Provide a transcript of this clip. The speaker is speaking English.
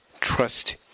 trust